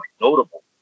notable